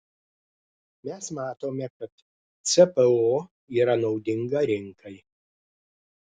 mes matome kad cpo yra naudinga rinkai